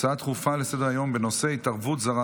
שלילת זכאות לקצבאות ולפיצויי פיטורים עקב ביצוע פעילות טרור),